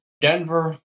Denver